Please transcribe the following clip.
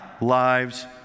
Lives